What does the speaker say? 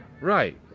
Right